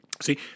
See